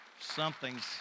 something's